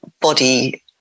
body